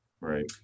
Right